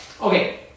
Okay